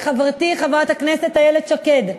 לחברתי חברת הכנסת איילת שקד,